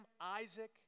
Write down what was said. Isaac